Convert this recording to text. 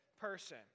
person